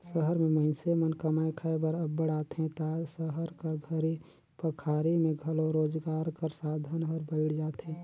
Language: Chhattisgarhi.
सहर में मइनसे मन कमाए खाए बर अब्बड़ आथें ता सहर कर घरी पखारी में घलो रोजगार कर साधन हर बइढ़ जाथे